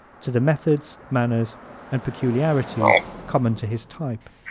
to the methods, manners and peculiarities common to his type.